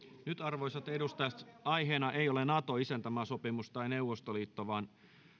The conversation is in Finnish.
nyt arvoisat edustajat aiheena ei ole nato isäntämaasopimus tai neuvostoliitto vaan